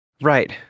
Right